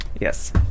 Yes